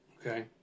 Okay